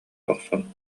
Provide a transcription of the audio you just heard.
охсон